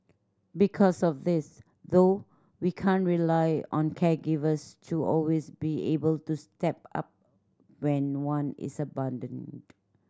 because of this though we can't rely on caregivers to always be able to step up when one is abandoned